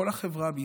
כל החברה בישראל,